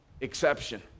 exception